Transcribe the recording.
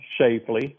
safely